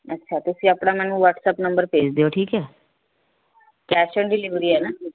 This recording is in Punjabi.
ਅੱਛਾ ਤੁਸੀਂ ਆਪਣਾ ਮੈਨੂੰ ਵੱਟਸਅੱਪ ਨੰਬਰ ਭੇਜ ਦਿਓ ਠੀਕ ਹੈ ਕੈਸ਼ ਆਨ ਡਿਲੀਵਰੀ ਹੈ ਨਾ